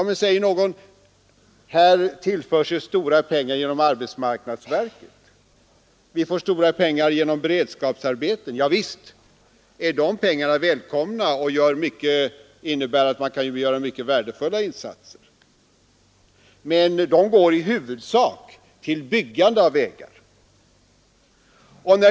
Men, säger någon, här tillförs ju stora pengar genom arbetsmarknadsverket, vi får stora pengar genom beredskapsarbeten. Javisst är dessa pengar välkomna och innebär att man kan göra mycket värdefulla insatser. Men dessa går i huvudsak till byggande av vägar.